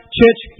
church